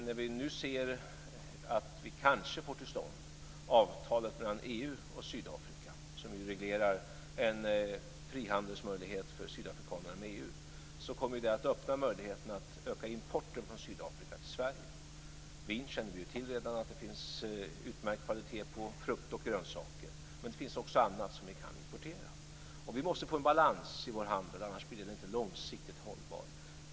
När vi nu ser att vi kanske får till stånd avtalet mellan EU och Sydafrika, som ju reglerar en frihandelsmöjlighet för sydafrikanerna med EU, kommer det att öppna möjligheten att öka importen från Sydafrika till Sverige. Vin känner vi redan till att det finns utmärkt kvalitet på, frukt och grönsaker. Men det finns också annat som vi kan importera. Vi måste få en balans i vår handel, annars blir den inte långsiktigt hållbar.